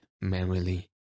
merrily